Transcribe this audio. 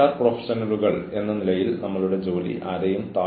മുൻ പ്രഭാഷണത്തിൽ വിവേചനത്തെക്കുറിച്ച് ചർച്ച ചെയ്തു